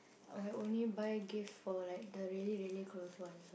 I will only buy gifts for like the really really close ones